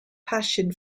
passion